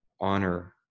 honor